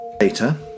Later